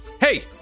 Hey